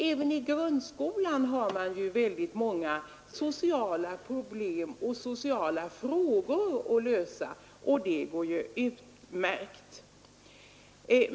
Även i grundskolan har man många sociala problem och sociala frågor att lösa, och det går utmärkt för skolöverstyrelsen att göra det.